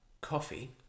coffee